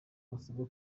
basabwa